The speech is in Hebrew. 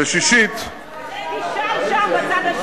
את זה תשאל שם, בצד השני.